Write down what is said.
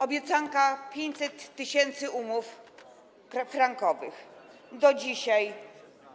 Obiecanka co do 500 tys. umów frankowych - do dzisiaj